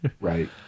right